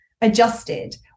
adjusted